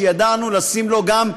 שידענו לשים לו גם,